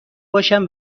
باشم